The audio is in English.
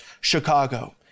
Chicago